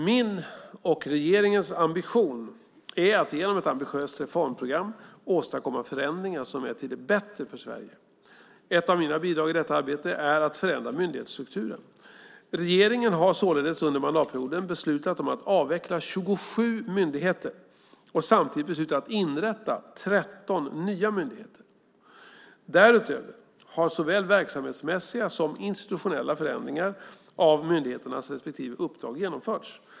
Min och regeringens ambition är att genom ett ambitiöst reformprogram åstadkomma förändringar som är till det bättre för Sverige. Ett av mina bidrag i detta arbete är att förändra myndighetsstrukturen. Regeringen har således under mandatperioden beslutat att avveckla 27 myndigheter och samtidigt beslutat att inrätta 13 nya myndigheter. Därutöver har såväl verksamhetsmässiga som institutionella förändringar av myndigheternas respektive uppdrag genomförts.